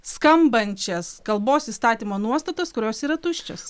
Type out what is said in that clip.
skambančias kalbos įstatymo nuostatas kurios yra tuščios